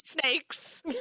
snakes